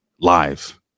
live